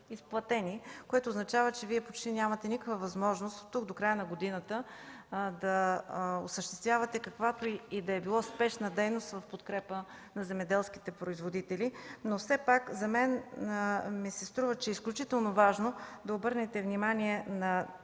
изплатени. Това означава, че Вие почти нямате никаква възможност оттук до края на годината да осъществявате каквато и да било спешна дейност в подкрепа на земеделските производители. Все пак на мен ми се струва, че е изключително важно да обърнете внимание на